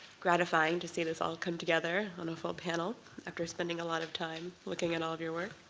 gratifying to see this all come together on a full panel after spending a lot of time looking at all of your work.